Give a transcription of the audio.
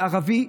ערבי,